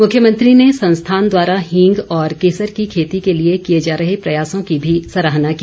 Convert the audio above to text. मुख्यमंत्री ने संस्थान द्वारा हींग और केसर की खेती के लिए किए जा रहे प्रयासों की भी सराहना की